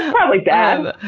probably bad.